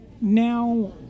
now